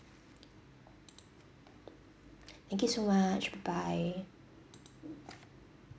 thank you so much bye bye